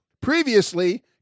Previously